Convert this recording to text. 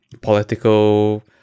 political